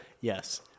Yes